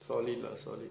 solid lah solid